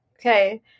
Okay